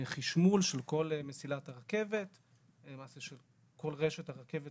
חשמול של כל מסילת הרכבת ולמעשה, של כל רשת הרכבת